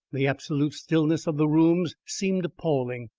the absolute stillness of the rooms seemed appalling.